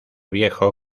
viejo